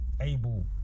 able